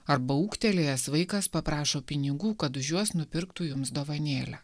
arba ūgtelėjęs vaikas paprašo pinigų kad už juos nupirktų jums dovanėlę